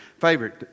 favorite